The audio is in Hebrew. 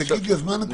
תגיד לי מה הנקודה.